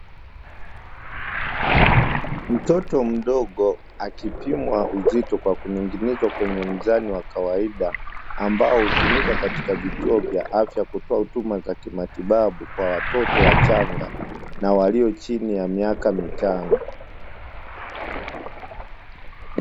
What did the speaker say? Mtoto mdogo akipimwa uzito kwa kuning’inizwa kwenye mzani wa kawaida, ambao hutumika katika vituo vya afya kutoa huduma za kimatibabu kwa watoto wa changa, na walio chini ya miaka mitano.